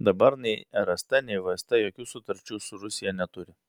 dabar nei rst nei vst jokių sutarčių su rusija neturi